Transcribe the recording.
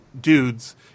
dudes